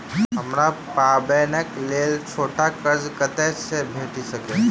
हमरा पाबैनक लेल छोट कर्ज कतऽ सँ भेटि सकैये?